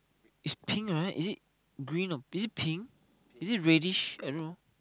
is pink right is it green or is it pink is it reddish I don't know